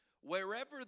Wherever